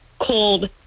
cold